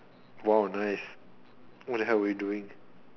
!wow! nice what the hell were you doing